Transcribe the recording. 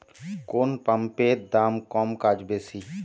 কোন পাম্পের দাম কম কাজ বেশি?